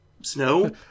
snow